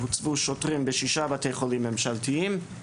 הוצבו שוטרים בשישה בתי חולים ממשלתיים.